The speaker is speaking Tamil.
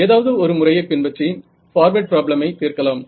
ஏதாவது ஒரு முறையைப் பின்பற்றி பார்வேர்ட் ப்ராப்ளமை தீர்க்கலாம்